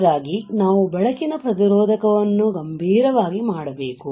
ಹಾಗಾಗಿ ನಾವು ಬೆಳಕಿನ ಪ್ರತಿರೋಧಕವನ್ನು ಗಂಭೀರವಾಗಿ ಮಾಡಬೇಕು